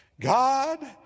God